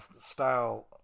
style